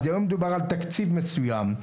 אז היום דובר על תקציב מסוים,